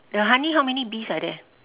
the honey how many bees are there